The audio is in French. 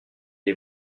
les